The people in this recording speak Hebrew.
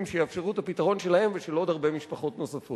שיאפשרו את הפתרון להם ולעוד הרבה משפחות נוספות.